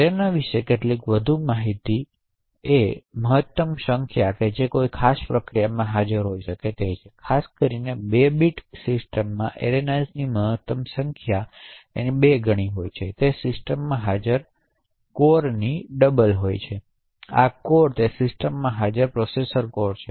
arenas વિશે કેટલીક વધુ માહિતીમહત્તમ સંખ્યા છે જે કોઈ ખાસ પ્રક્રિયામાં હાજર હોઈ શકે છે ખાસ કરીને ૨ બીટ સિસ્ટમમાં એરેનાઝની મહત્તમ સંખ્યા સંખ્યાના 2 ગણા હોય છે તે સિસ્ટમમાં હાજર કોરોની તેથી આ કોર તે સિસ્ટમમાં હાજર પ્રોસેસર કોર છે